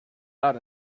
out